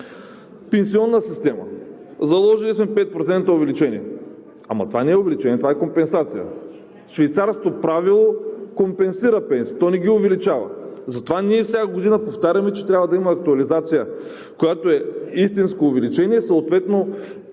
Пенсионна система. Заложили сме 5% увеличение. Ама това не е увеличение, това е компенсация. Швейцарското правило компенсира пенсиите, то не ги увеличава. Затова ние всяка година повтаряме, че трябва да има актуализация, която е истинско увеличение, съответно